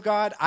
God